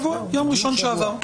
שבוע, יום ראשון שעבר.